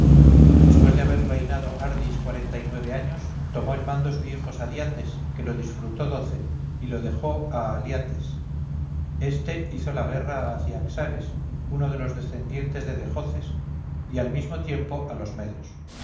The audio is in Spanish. después de haber reinado ardys cuarenta y nueve años tomó el mando su hijo sadyates que lo disfrutó doce y lo dejó a aliates este hizo la guerra a ciaxares uno de los descendientes de dejoces y al mismo tiempo a los medos